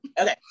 Okay